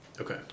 Okay